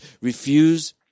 refuse